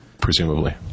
presumably